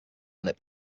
lit